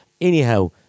anyhow